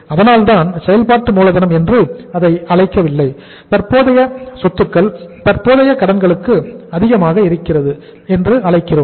அதனாலதான் செயல்பாட்டு மூலதனம் என்று அதை அழைக்கவில்லை தற்போதைய சொத்துக்கள் தற்போதைய கடன்களுக்கு அதிகமாக இருக்கிறது என்று அழைக்கிறோம்